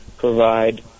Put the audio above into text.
provide